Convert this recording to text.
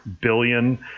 billion